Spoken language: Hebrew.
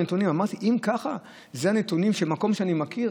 אמרתי: אם ככה הנתונים של מקום שאני מכיר,